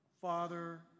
Father